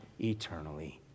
eternally